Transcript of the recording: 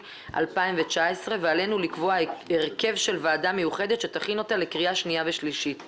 3. הרכב הוועדה המיוחדת לדיון בהצעת חוק